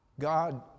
God